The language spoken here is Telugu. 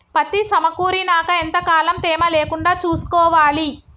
పత్తి సమకూరినాక ఎంత కాలం తేమ లేకుండా చూసుకోవాలి?